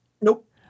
Nope